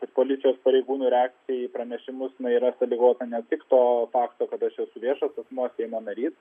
kad policijos pareigūnų reakcija į pranešimus na yra sąlygota ne tik to fakto kad aš esu viešas asmuo seimo narys